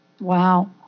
Wow